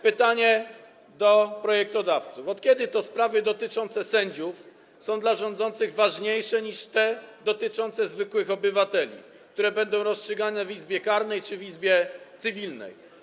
Pytanie do projektodawców: Od kiedy to sprawy dotyczące sędziów są dla rządzących ważniejsze niż te dotyczące zwykłych obywateli, które będą rozstrzygane w Izbie Karnej czy w Izbie Cywilnej?